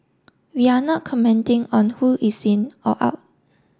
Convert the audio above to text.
we are not commenting on who is in or out